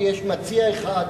כי יש מציע אחד.